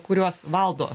kuriuos valdo